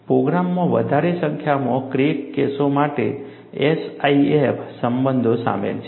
પ્રોગ્રામમાં વધારે સંખ્યામાં ક્રેક કેસો માટે SIF સંબંધો શામેલ છે